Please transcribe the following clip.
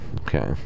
Okay